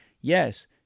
Yes